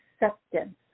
acceptance